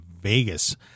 Vegas